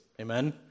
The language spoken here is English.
amen